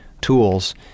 tools